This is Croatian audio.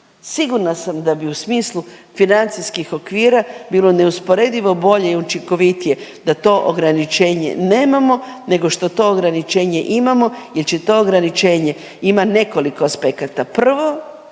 Sigurna sam da bi u smislu financijskih okvira bilo neusporedivo bolje i učinkovitije da to ograničenje nemamo, nego što to ograničenje imamo jer će to ograničenje ima nekoliko aspekata. Prvo,